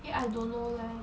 eh I don't know leh